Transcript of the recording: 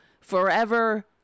forever